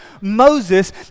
Moses